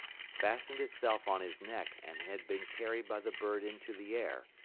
fastened itself on his neck and had been carried by the bird into the air,